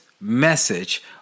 message